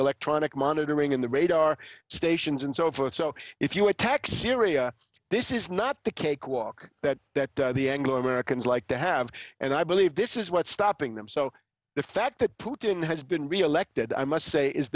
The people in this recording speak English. electronic monitoring and the radar stations and so forth so if you attack syria this is not the cakewalk that that the anglo americans like to have and i believe this is what's stopping them so the fact that putin has been reelected i must say is